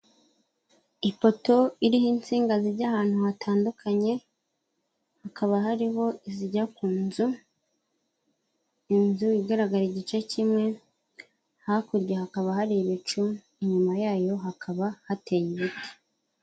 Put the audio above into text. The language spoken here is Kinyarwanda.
Ipoto iriho insinga zijya ahantu hatandukanye, hakaba hariho izijya ku nzu, inzu igaragara igice kimwe, hakurya hakaba hari ibicu inyuma yayo hakaba hateye ibiti.